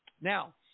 now